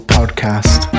Podcast